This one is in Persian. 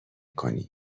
کنی